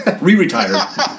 Re-retired